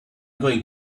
going